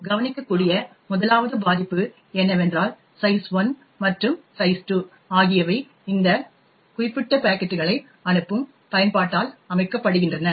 நாம் கவனிக்கக்கூடிய 1வது பாதிப்பு என்னவென்றால் சைஸ்1 மற்றும் சைஸ்2 ஆகியவை இந்த குறிப்பிட்ட பாக்கெட்டுகளை அனுப்பும் பயன்பாட்டால் அமைக்கப்படுகின்றன